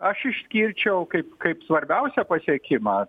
aš išskirčiau kaip kaip svarbiausią pasiekimą